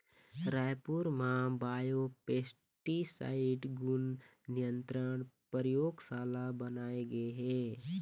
रायपुर म बायोपेस्टिसाइड गुन नियंत्रन परयोगसाला बनाए गे हे